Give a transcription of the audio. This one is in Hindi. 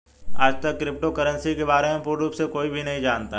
आजतक क्रिप्टो करन्सी के बारे में पूर्ण रूप से कोई भी नहीं जानता है